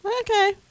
okay